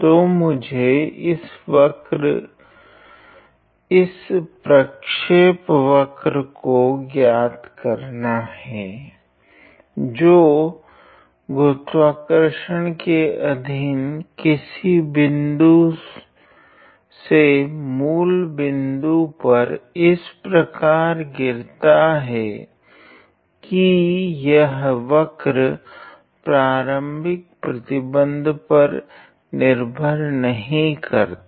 तो मुझे इस वक्रइस प्रक्षेपवक्रको ज्ञात करना है जो गुरुत्वाकर्षण के अधीन किसी बिंदु से मूल बिंदु परइस प्रकार गिरता है की यह वक्र प्रारम्भिक प्रतिबंध पर निर्भर नहीं करता